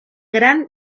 gran